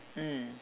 mm